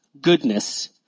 goodness